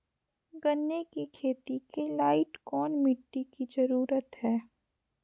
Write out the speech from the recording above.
गन्ने की खेती के लाइट कौन मिट्टी की जरूरत है?